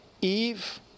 Eve